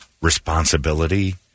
responsibility